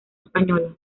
española